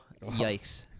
yikes